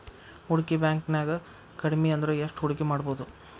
ಹೂಡ್ಕಿ ಬ್ಯಾಂಕ್ನ್ಯಾಗ್ ಕಡ್ಮಿಅಂದ್ರ ಎಷ್ಟ್ ಹೂಡ್ಕಿಮಾಡ್ಬೊದು?